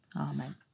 amen